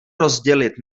rozdělit